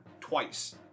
twice